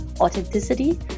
authenticity